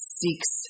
seeks